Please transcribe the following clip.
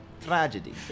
Tragedy